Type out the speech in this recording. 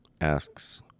asks